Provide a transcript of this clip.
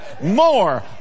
more